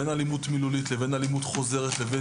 בין אלימות מילולית לבין אלימות חוזרת לבין